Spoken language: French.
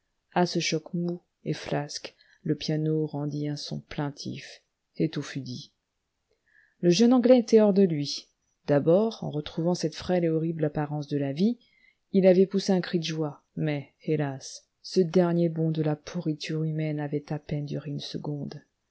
à ce choc mou et flasque le piano rendit un son plaintif et tout fut dit illustration magnétisme le jeune anglais était hors de lui d'abord en retrouvant cette frêle et horrible apparence de la vie il avait poussé un cri de joie mais hélas ce dernier bond de la pourriture humaine avait à peine duré une seconde